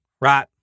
right